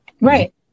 Right